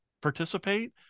participate